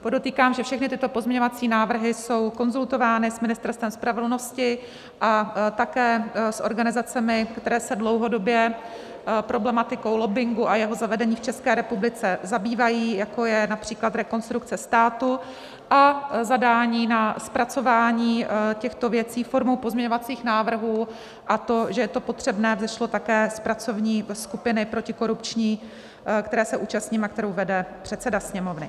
Podotýkám, že všechny tyto pozměňovací návrhy jsou konzultovány s Ministerstvem spravedlnosti a také s organizacemi, které se dlouhodobě problematikou lobbingu a jeho zavedením v České republice zabývají, jako je například Rekonstrukce státu, a zadání na zpracování těchto věcí formou pozměňovacích návrhů, a to, že je to potřebné, vzešlo také z pracovní protikorupční skupiny, které se účastním a kterou vede předseda Sněmovny.